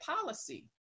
policy